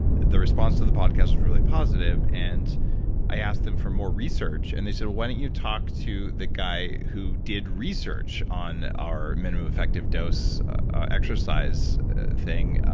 the response to the podcast was really positive and i asked them for more research and said, why don't you talk to the guy who did research on our minimum effective dose exercise thing,